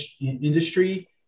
industry